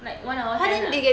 like one hour ten ah